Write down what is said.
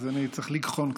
אז אני צריך לגחון קצת.